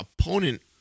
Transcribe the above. opponent